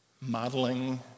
modeling